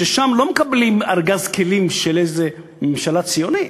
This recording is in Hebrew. ששם לא מקבלים ארגז כלים של איזו ממשלה ציונית,